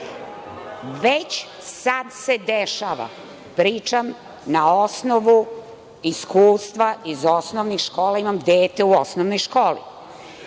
Već sad se dešava, pričam na osnovu iskustva iz osnovnih škola, imam dete u osnovnoj školi,